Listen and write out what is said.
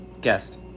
Guest